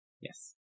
yes